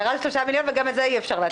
ירד ל-3 מיליון שקל, וגם את זה אי אפשר לתת.